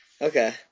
okay